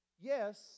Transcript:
yes